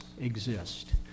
exist